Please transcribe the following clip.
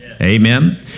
Amen